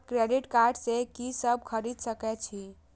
Credit card से की सब खरीद सकें छी?